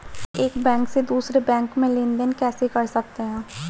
एक बैंक से दूसरे बैंक में लेनदेन कैसे कर सकते हैं?